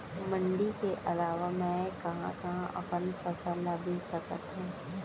मण्डी के अलावा मैं कहाँ कहाँ अपन फसल ला बेच सकत हँव?